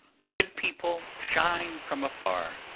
good people shine from afar,